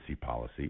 policy